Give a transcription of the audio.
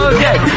Okay